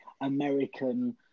American